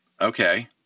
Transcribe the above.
okay